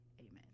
Amen